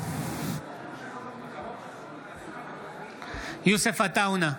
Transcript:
יוסף עטאונה,